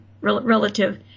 relative